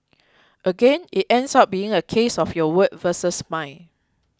again it ends up being a case of your word versus mine